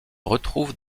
retrouvent